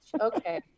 Okay